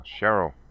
Cheryl